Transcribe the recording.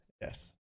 Yes